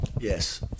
Yes